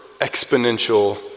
exponential